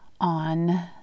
on